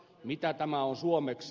mitä tämä on suomeksi